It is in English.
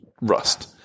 Rust